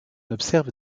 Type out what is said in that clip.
observe